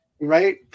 Right